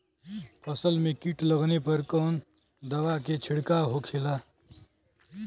फसल में कीट लगने पर कौन दवा के छिड़काव होखेला?